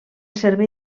servei